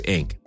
Inc